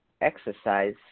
exercise